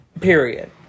Period